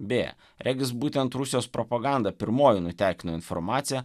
beje regis būtent rusijos propaganda pirmoji nutekino informaciją